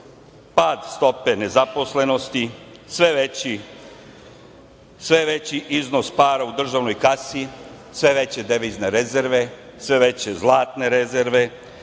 pad stope nezaposlenosti, sve veći iznos para u državnoj kasi, sve veće devizne rezerve, sve veće zlatne rezerve,